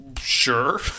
Sure